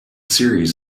series